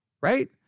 right